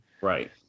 Right